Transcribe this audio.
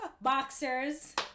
Boxers